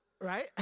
Right